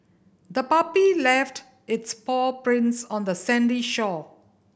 the puppy left its paw prints on the sandy shore